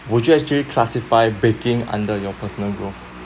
would you actually classify baking under your personal growth